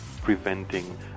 preventing